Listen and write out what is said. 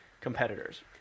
competitors